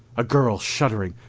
a girl's shuddering,